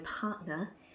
partner